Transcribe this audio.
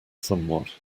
somewhat